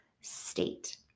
state